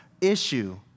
issue